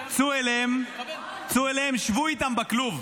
צאו אליהם, שבו איתם בכלוב.